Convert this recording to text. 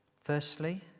Firstly